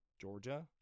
Georgia